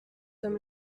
homme